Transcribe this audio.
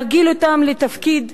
להרגיל אותן לתפקיד